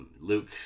Luke